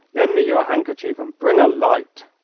lend me your handkerchief and bring a light.